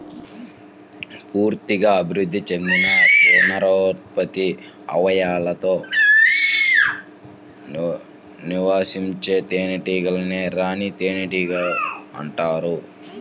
పూర్తిగా అభివృద్ధి చెందిన పునరుత్పత్తి అవయవాలతో నివసించే తేనెటీగనే రాణి తేనెటీగ అంటారు